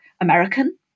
American